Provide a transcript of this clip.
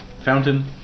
fountain